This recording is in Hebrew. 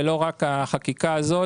ולא רק החקיקה הזאת,